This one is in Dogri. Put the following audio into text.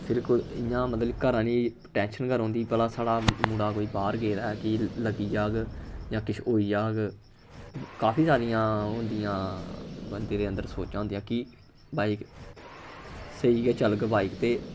फिर कोई इ'यां मतलब कि घरा आह्ले गी टैंशन गै रौंह्दी भला साढ़ा मुड़ा कोई बाह्र गेदा ऐ कि लग्गी जाह्ग जां किश होई जाह्ग काफी सारियां ओह् होंदिया बंदे दे अंदर सोचां होंदियां कि बाइक स्हेई गै चलग बाइक ते